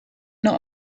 not